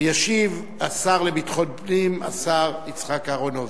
וישיב השר לביטחון פנים, השר יצחק אהרונוביץ.